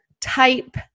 type